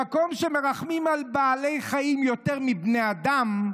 במקום שמרחמים על בעלי חיים יותר מעל בני אדם,